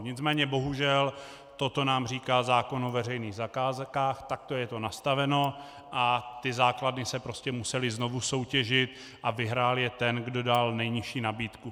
Nicméně bohužel toto nám říká zákon o veřejných zakázkách, takto je to nastaveno a ty základy se prostě musely znovu soutěžit a vyhrál je ten, kdo dal nejnižší nabídku.